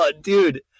dude